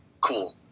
Cool